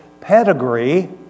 pedigree